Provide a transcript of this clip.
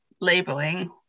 labeling